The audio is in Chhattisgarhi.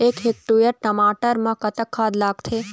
एक हेक्टेयर टमाटर म कतक खाद लागथे?